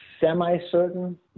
semi-certain